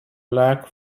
black